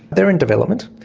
they are in development.